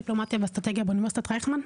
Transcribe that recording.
דיפלומטיה ואסטרטגיה באוניברסיטת רייכמן.